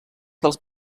dels